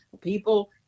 people